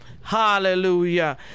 hallelujah